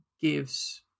gives